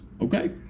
Okay